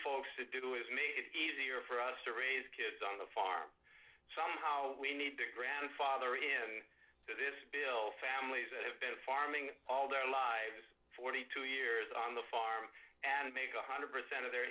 folks to do is make it easier for us to raise kids on the farm somehow we need to grandfather in this bill families that have been farming all their lives forty two years on the farm and make one hundred percent of their